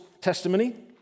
testimony